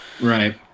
Right